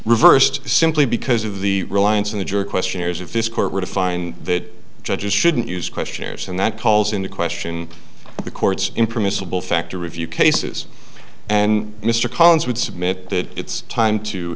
reversed simply because of the reliance on the jury questionnaires if this court were to find that judges shouldn't use questionnaires and that calls into question the court's impermissible factor review cases and mr collins would submit that it's time to